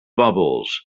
bubbles